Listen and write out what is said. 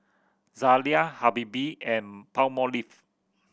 Zalia Habibie and Palmolive